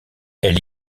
elle